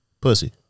pussy